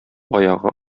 аягы